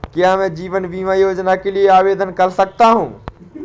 क्या मैं जीवन बीमा योजना के लिए आवेदन कर सकता हूँ?